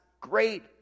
great